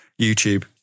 YouTube